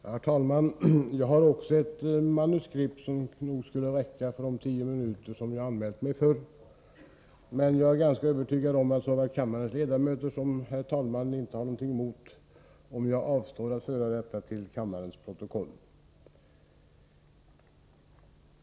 Herr talman! Jag har också ett manuskript som nog skulle räcka för ett anförande under de tio minuter som jag anmält mig för, men jag är ganska övertygad om att såväl kammarens ledamöter som herr talmannen inte har någonting emot om jag avstår från att föra detta till kammarens protokoll.